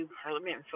parliament